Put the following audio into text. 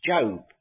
Job